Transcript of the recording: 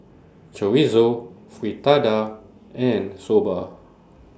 Chorizo Fritada and Soba